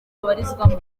abarizwamo